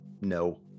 no